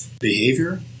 behavior